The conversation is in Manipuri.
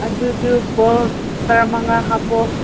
ꯑꯗꯨꯨ ꯕꯣꯛꯁꯨ ꯇꯔꯥꯃꯉꯥ ꯍꯥꯞꯄꯣ